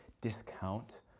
discount